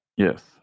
Yes